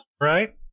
right